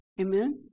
Amen